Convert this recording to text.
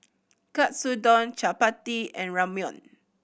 Katsudon Chapati and Ramyeon